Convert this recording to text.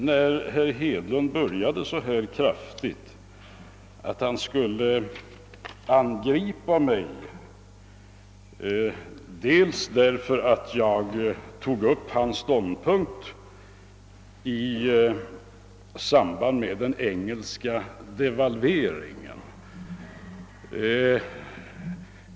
När herr Hedlund började så här kraftigt trodde jag att han skulle angripa mig därför att jag tog upp hans ståndpunkt i samband med den engelska devalveringen.